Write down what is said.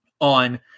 on